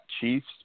Chiefs